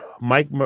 Mike